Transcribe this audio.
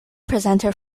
presenter